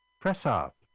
Press-up